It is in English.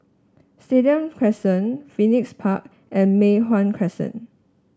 Stadium Crescent Phoenix Park and Mei Hwan Crescent